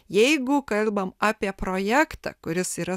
jeigu kalbam apie projektą kuris yra